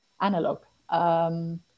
analog